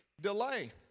delay